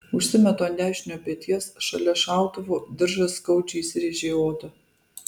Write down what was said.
užsimetu ant dešinio peties šalia šautuvo diržas skaudžiai įsirėžia į odą